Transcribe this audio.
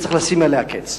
שצריך לשים לה קץ.